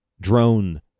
drone